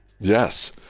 Yes